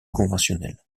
conventionnel